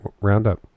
roundup